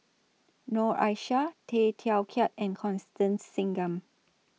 Noor Aishah Tay Teow Kiat and Constance Singam